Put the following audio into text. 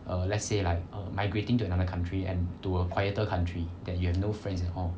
err let's say like migrating to another country and to a quieter country that you have no friends at all